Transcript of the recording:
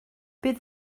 bydd